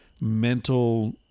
mental